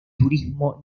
turismo